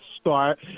start